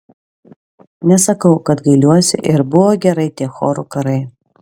nesakau kad gailiuosi ir buvo gerai tie chorų karai